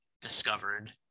discovered